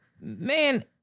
Man